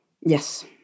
Yes